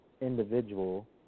individual